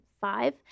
five